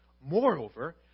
Moreover